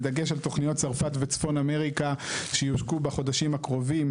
בדגש על תוכניות צרפת וצפון אמריקה שיושקו בחודשים הקרובים.